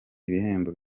ibihembo